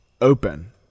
open